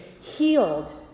healed